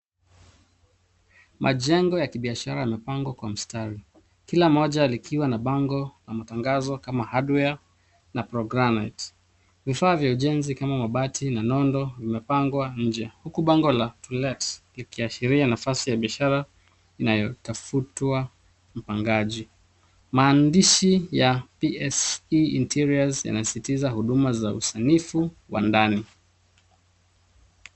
Majengo ya kibiashara yamepangwa kwa mstari, kila moja likiwa na bango na matangazo kama hardware na progranite . Vifaa vya ujenzi kama mabati na nondo vimepangwa nje, huku bango la to-let likiashiria nafasi ya biashara inayotafutwa mpangaji. Maandishi ya Pse Interiors yanasisitiza huduma za usanifu wa ndani.